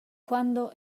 quando